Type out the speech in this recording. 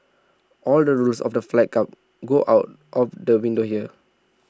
all the rules of the fight club go out of the window here